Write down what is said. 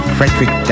Frederick